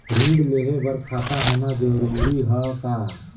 ऋण लेहे बर खाता होना जरूरी ह का?